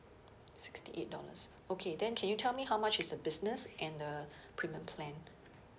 sixty eight dollars okay then can you tell me how much is the business and the premium plan